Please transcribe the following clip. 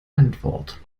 antwort